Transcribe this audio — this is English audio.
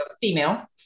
female